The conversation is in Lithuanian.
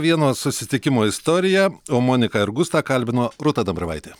vieno susitikimo istorija o moniką ir gustą kalbino rūta dambravaitė